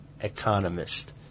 economist